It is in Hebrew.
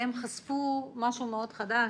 הם חשפו משהו מאוד חדש.